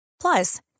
Plus